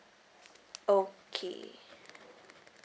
okay